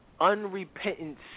unrepentant